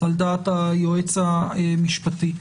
על דעת היועץ המשפטי,